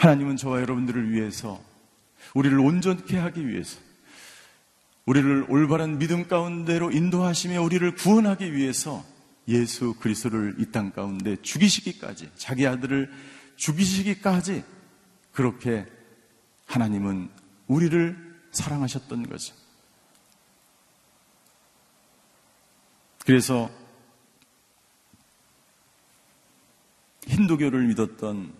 하나님은 저와 여러분들을 위해서, 우리를 온전케 하기 위해서, 우리를 올바른 믿음 가운데로 인도하시며 우리를 구원하기 위해서 예수 그리스도를 이 땅 가운데 죽이시기까지, 자기 아들을 죽이시기까지 그렇게 하나님은 우리를 사랑하셨던 거죠. 그래서 힌두교를 믿었던